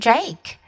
Jake